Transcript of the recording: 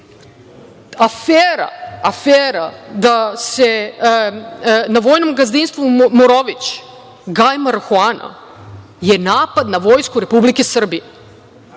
da se na vojnom gazdinstvu „Morović“ gaji marihuana je napad na Vojsku Republike Srbije.